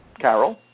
Carol